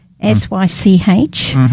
S-Y-C-H